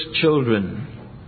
children